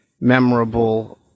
memorable